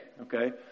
okay